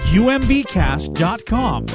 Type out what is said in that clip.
umbcast.com